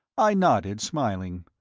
i nodded, smiling.